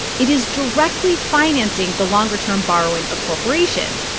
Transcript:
it is directly financing the longer-term borrowing of corporations.